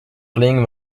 playing